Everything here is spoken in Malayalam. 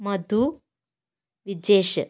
മധു വിജേഷ്